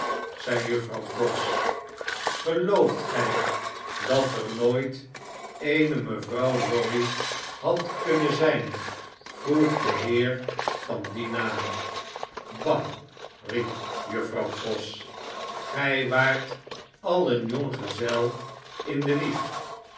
zei juffrouw pross gelooft gij dat er nooit eene mevrouw lorry had kunnen zjjn vroeg de heer van dien naam bah i riep juffrouw pross gjj waart al een jonggezel in de wieg